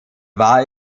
war